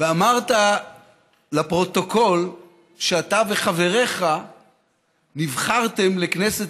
ואמרת לפרוטוקול שאתה וחבריך נבחרתם לכנסת